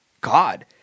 God